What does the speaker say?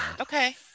Okay